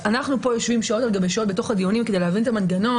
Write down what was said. אנחנו יושבים כאן שעות על גבי שעות בתוך הדיונים כדי להבין את המנגנון,